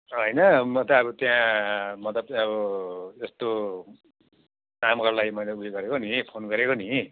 होइन म त अब त्यहाँ मतलब अब जस्तो चामलको लागि मैले उयो गरेको नि फोन गरेको नि